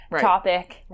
Topic